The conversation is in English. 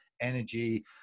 energy